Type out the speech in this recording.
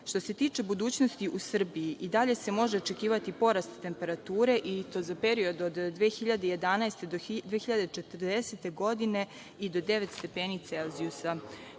se tiče budućnosti u Srbiji, i dalje se može očekivati porast temperature, i to za period od 2011. do 2040. godine i do 9 stepeni Celzijusa.